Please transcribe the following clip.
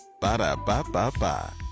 Ba-da-ba-ba-ba